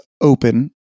Open